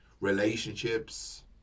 relationships